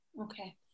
Okay